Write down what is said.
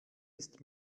ist